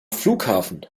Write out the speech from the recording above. flughafen